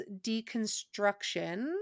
deconstruction